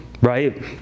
right